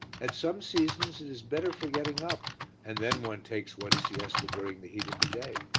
at some seasons it is better for getting up and then one takes one's siesta during the heat of the day.